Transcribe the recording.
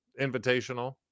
invitational